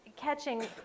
Catching